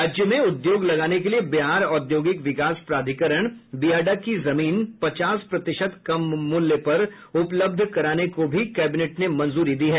राज्य में उद्योग लगाने के लिए बिहार औद्योगिक विकास प्राधिकरण बियाडा की जमीन पचास प्रतिशत कम मूल्य पर उपलब्ध कराने को भी कैबिनेट ने मंजूरी दी है